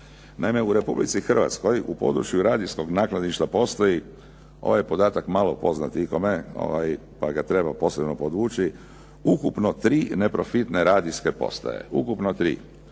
Naime, u Republici Hrvatskoj u području radijskog nakladništva postoji ovaj podatak malo poznat ikome, ovaj pa ga treba posebno podvući, ukupno tri neprofitne radijske postaje. To je